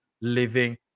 living